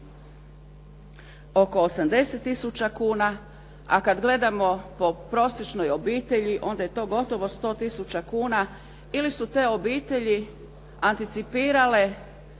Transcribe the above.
oko 80 tisuća kuna, a kad gledamo po prosječnoj obitelji, onda je to gotovo 100 tisuća kuna ili su te obitelji anticipirale